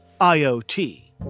IoT